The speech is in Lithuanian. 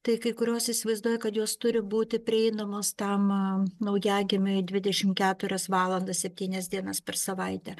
tai kai kurios įsivaizduoja kad jos turi būti prieinamos tam naujagimiui dvidešimt keturias valandas septynias dienas per savaitę